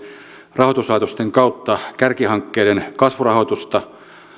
rahoituslaitosten kautta kärkihankkeiden kasvurahoitusta